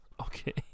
okay